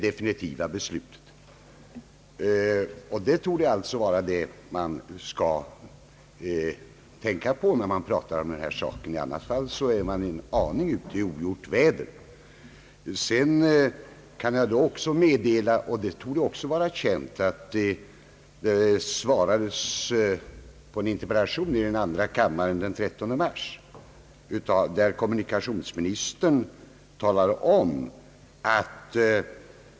Man bör alltså tänka på det när man talar om denna sak — annars är man avgjort ute i ogjort väder. Det torde också vara känt att kommunikationsministern svarade på en interpellation i andra kammaren den 13 mars.